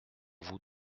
vous